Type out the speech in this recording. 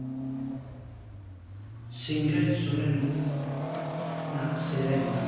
ᱥᱤᱝᱨᱟᱹᱭ ᱥᱚᱨᱮᱱᱟᱜ ᱥᱮᱨᱮᱧ